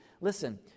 Listen